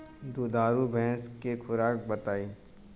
दुधारू भैंस के खुराक बताई?